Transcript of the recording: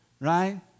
right